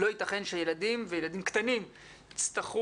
לא יתכן שילדים וילדים קטנים יצטרכו